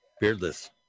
beardless